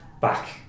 back